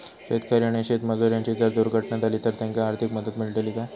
शेतकरी आणि शेतमजूर यांची जर दुर्घटना झाली तर त्यांका आर्थिक मदत मिळतली काय?